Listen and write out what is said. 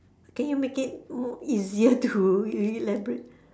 can you make it more easier to you you elaborate